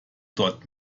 dort